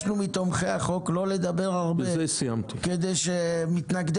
מתומכי החוק לא לדבר הרבה כדי שמתנגדי